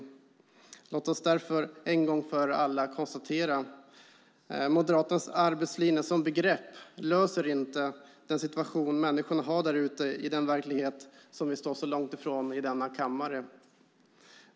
Låt oss därför en gång för alla konstatera: Moderaternas arbetslinje som begrepp löser inte den situation människorna har där ute i den verklighet som vi står så långt ifrån i denna kammare.